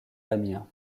damien